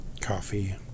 coffee